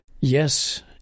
yes